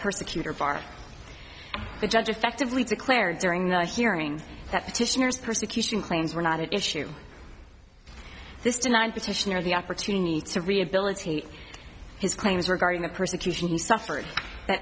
persecutor bar the judge effectively declared during the hearings that petitioners persecution claims were not at issue this denied detention had the opportunity to rehabilitate his claims regarding the persecution he suffered that